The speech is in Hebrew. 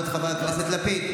חברת הכנסת גוטליב,